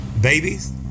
babies